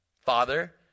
Father